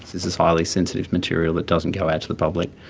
this is highly sensitive material that doesn't go out to the public.